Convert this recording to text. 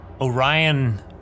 Orion